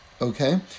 okay